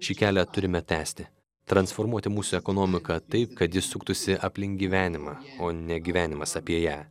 šį kelią turime tęsti transformuoti mūsų ekonomiką taip kad ji suktųsi aplink gyvenimą o ne gyvenimas apie ją